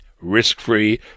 risk-free